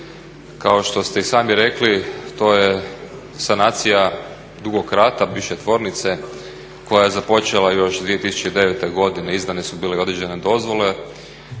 Kao što ste i sami rekli to je sanacija Dugog Rata bivše tvornice koja je započela još 2009.godine, izdane su bile određene dozvole.